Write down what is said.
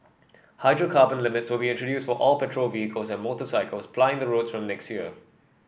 hydrocarbon limits will be introduced for all petrol vehicles and motorcycles plying the roads from next year